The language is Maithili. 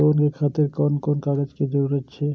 लोन के खातिर कोन कोन कागज के जरूरी छै?